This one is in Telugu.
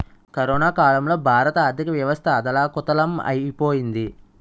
కరోనా కాలంలో భారత ఆర్థికవ్యవస్థ అథాలకుతలం ఐపోయింది